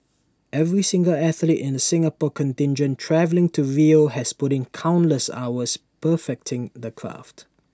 every single athlete in the Singapore contingent travelling to Rio has put in countless hours perfecting their craft